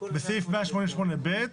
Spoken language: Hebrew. בסעיף 188(ב),